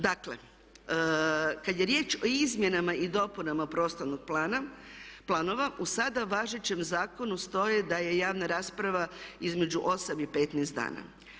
Dakle, kada je riječ o Izmjenama i dopunama prostornih planova, u sada važećem zakonu stoji da je javna rasprava između 8 i 15 dana.